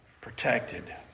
protected